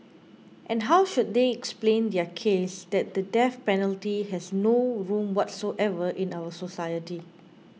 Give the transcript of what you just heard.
and how should they explain their case that the death penalty has no room whatsoever in our society